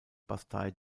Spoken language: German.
bastei